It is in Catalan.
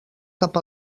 cap